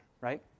right